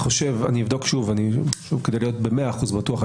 אבדוק שוב כדי להיות במאה אחוז בטוח.